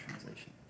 Translation